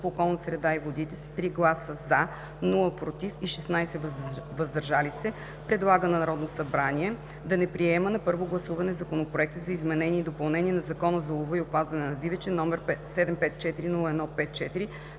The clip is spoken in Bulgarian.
по околната среда и водите с 3 гласа „за“, без „против“ и 16 гласа „въздържал се“ предлага на Народното събрание да не приема на първо гласуване Законопроект за изменение и допълнение на Закона за лова и опазване на дивеча, № 754-01-54,